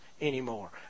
anymore